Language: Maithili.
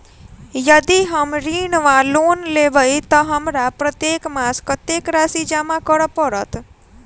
यदि हम ऋण वा लोन लेबै तऽ हमरा प्रत्येक मास कत्तेक राशि जमा करऽ पड़त?